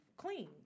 clean